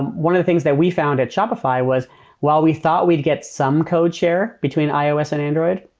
one of the things that we found at shopify was while we thought we'd get some code share between ios and android,